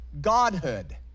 Godhood